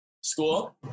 school